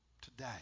today